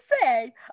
say